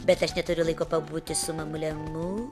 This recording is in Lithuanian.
bet aš neturiu laiko pabūti su mamule mū